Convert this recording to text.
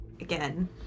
again